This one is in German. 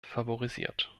favorisiert